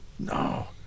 No